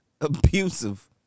abusive